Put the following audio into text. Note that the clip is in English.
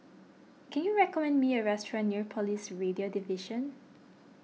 can you recommend me a restaurant near Police Radio Division